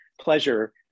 pleasure